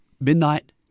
midnight